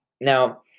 Now